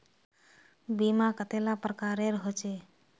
बीमा कतेला प्रकारेर होचे?